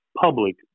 public